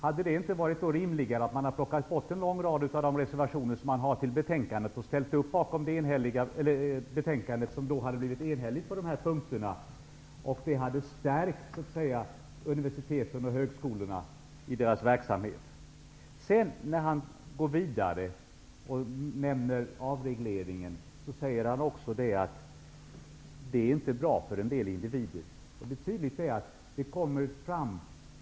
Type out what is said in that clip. Hade det då inte varit rimligare att plocka bort en lång rad av reservationerna till betänkandet, som då hade blivit enhälligt på de här punkterna? Det hade stärkt universiteten och högskolorna i deras verksamhet. Sedan säger han att avregleringen inte är bra för en del individer.